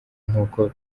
nk’uko